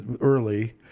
early